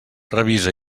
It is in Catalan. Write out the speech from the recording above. revisa